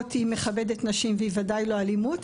היא מכבדת נשים והיא ודאי לא אלימות,